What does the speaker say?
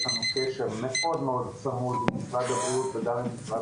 יש לנו קשר מאוד מאוד צמוד עם משרד הבריאות וגם עם משרד